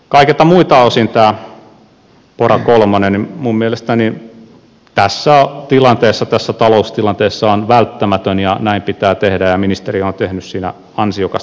kaikilta muilta osin tämä pora kolmonen minun mielestäni tässä taloustilanteessa on välttämätön ja näin pitää tehdä ja ministeri on tehnyt siinä ansiokasta työtä